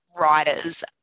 writers